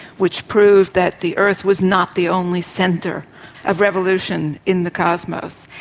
which proved that the earth was not the only centre of revolution in the cosmos.